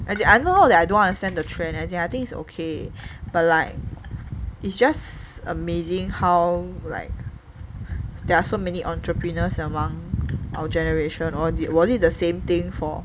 as in I know that I don't understand the trend as in I think it's okay but like it's just amazing how like there are so many entrepreneurs among our generation or was it the same thing for